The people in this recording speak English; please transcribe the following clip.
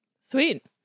Sweet